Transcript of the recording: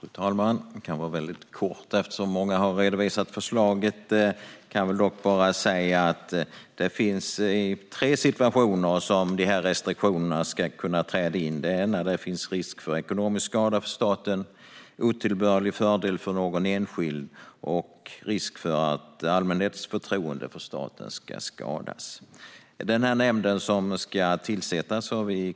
Fru talman! Jag ska hålla mig kort eftersom många redan har redovisat förslaget. Det är i tre situationer dessa restriktioner ska träda in. Det är när det finns risk för ekonomisk skada för staten, risk för otillbörlig fördel för någon enskild eller risk för att allmänhetens förtroende för staten ska skadas.